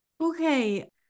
Okay